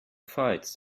fights